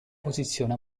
posizione